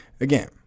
again